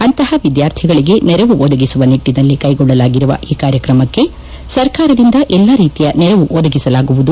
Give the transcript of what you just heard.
ಅಂತಹ ವಿದ್ಯಾರ್ಥಿಗಳಿಗೆ ನೆರವು ಒದಗಿಸುವ ನಿಟ್ಟನಲ್ಲಿ ಕೈಗೊಳ್ಳಲಾಗಿರುವ ಈ ಕಾರ್ಯಕ್ರಮಕ್ಕೆ ಸರ್ಕಾರದಿಂದ ಎಲ್ಲಾ ರೀತಿಯ ನೆರವು ಒದಗಿಸಲಾಗುವುದು